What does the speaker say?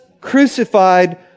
crucified